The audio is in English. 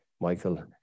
Michael